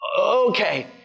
Okay